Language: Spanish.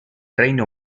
reino